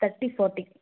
thirty forty